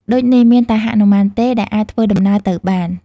ដូចនេះមានតែហនុមានទេ ដែលអាចធ្វើដំណើរទៅបាន។